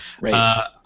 Right